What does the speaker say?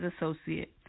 associate